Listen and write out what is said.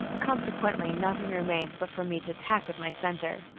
consequently nothing remains but for me to attack with my center.